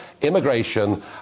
Immigration